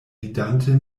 vidante